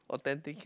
or dedicate